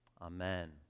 Amen